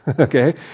okay